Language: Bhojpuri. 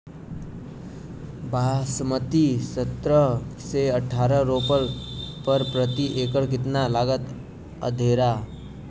बासमती सत्रह से अठारह रोपले पर प्रति एकड़ कितना लागत अंधेरा?